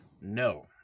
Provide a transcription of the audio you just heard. No